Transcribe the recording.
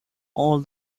all